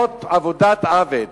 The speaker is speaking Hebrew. הכתות צריך לעניין את כולנו,